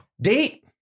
Date